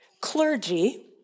clergy